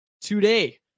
today